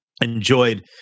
enjoyed